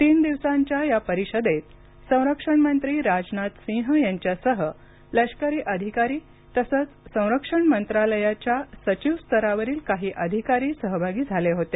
तीन दिवसांच्या या परिषदेत संरक्षण मंत्री राजनाथ सिंह यांच्यासह लष्करी अधिकारी तसंच संरक्षण मंत्रालयाच्या सचिव स्तरावरील काही अधिकारी सहभागी झाले होते